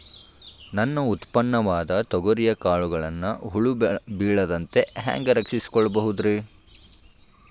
ನನ್ನ ಉತ್ಪನ್ನವಾದ ತೊಗರಿಯ ಕಾಳುಗಳನ್ನ ಹುಳ ಬೇಳದಂತೆ ಹ್ಯಾಂಗ ರಕ್ಷಿಸಿಕೊಳ್ಳಬಹುದರೇ?